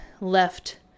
left